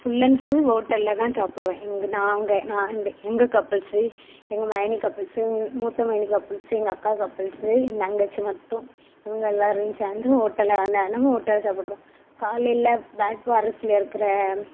full and full ஹோட்டல்ல தான் சாப்பிடுவேன் இங்கே நாங்கள் நான் எங்கள் எங்கள் கப்புல்ஸ்ஸு எங்கள் மதினி கப்புல்ஸ்ஸு மூத்த மதினி கப்புல்ஸ்ஸு எங்கள் அக்கா கப்புல்ஸ்ஸு என் தங்கச்சி மட்டும் இவங்க எல்லாரும் சேர்ந்து ஹோட்டல்ல தினமும் ஹோட்டல்ல சாப்புட்ருவோம் காலையில் ப்ளாக் ஃபாரஸ்ட்ல இருக்கிற